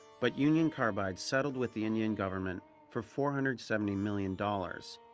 but union carbide settled with the indian government for four hundred seventy million dollars,